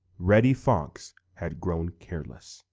reddy fox had grown careless.